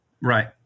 Right